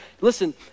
Listen